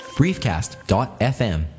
briefcast.fm